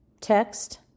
text